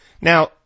Now